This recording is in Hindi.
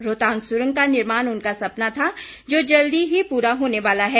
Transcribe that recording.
रोहतांग सुरंग का निर्माण उनका सपना था जो जल्दी ही पूरा होने वाला है